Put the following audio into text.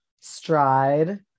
stride